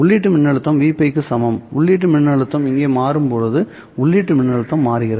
உள்ளீட்டு மின்னழுத்தம் Vπ க்கு சமம்உள்ளீட்டு மின்னழுத்தம் இங்கே மாறும்போது உள்ளீட்டு மின்னழுத்தம் மாறுகிறது